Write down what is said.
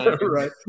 right